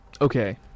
okay